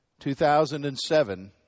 2007